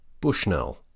Bushnell